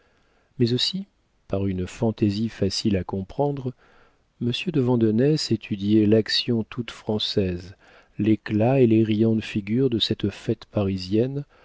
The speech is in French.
mais aussi par une fantaisie facile à comprendre monsieur de vandenesse étudiait l'action toute française l'éclat et les riantes figures de cette fête parisienne